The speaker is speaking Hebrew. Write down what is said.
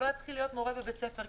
הוא לא יתחיל להיות מורה בבית ספר,